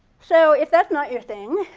so if that's not your thing,